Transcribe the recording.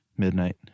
midnight